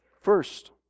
First